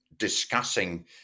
discussing